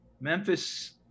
Memphis